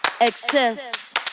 Excess